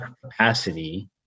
capacity